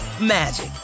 magic